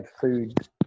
food